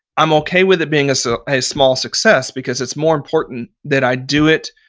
i'm okay with it being a so a small success because it's more important that i do it,